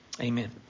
Amen